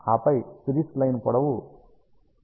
ఆపై series line పొడవు l1 విలువ 0